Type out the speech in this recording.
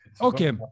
Okay